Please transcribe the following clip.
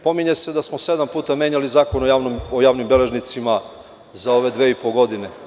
Pominje se da smo sedam puta menjali Zakon o javnim beležnicima za ove dve i po godine.